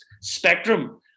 spectrum